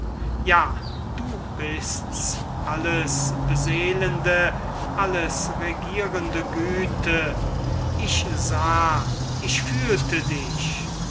verlor ja du bist alles beseelende alles regierende güte ich sah ich fühlte dich